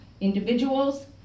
individuals